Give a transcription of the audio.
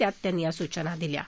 त्यात त्यांनी या सूचना दिल्या आहेत